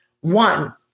One